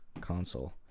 console